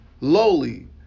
lowly